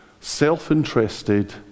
self-interested